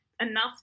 enough